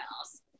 else